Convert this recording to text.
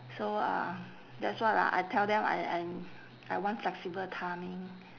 so uh that's why lah I tell them I I I want flexible timing